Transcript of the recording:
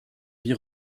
vie